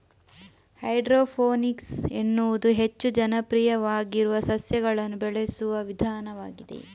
hydroponics ಎನ್ನುವುದು ಹೆಚ್ಚು ಜನಪ್ರಿಯವಾಗಿರುವ ಸಸ್ಯಗಳನ್ನು ಬೆಳೆಸುವ ವಿಧಾನವಾಗಿದೆ